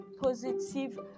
positive